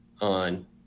on